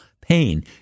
pain